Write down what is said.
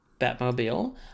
Batmobile